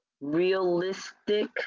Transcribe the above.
realistic